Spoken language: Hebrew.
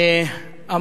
תודה רבה,